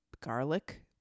garlic